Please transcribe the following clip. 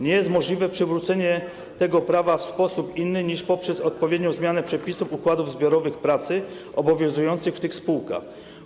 Nie jest możliwe przywrócenie tego prawa w sposób inny niż poprzez odpowiednią zmianę przepisów układów zbiorowych pracy obowiązujących w tych spółkach.